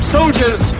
Soldiers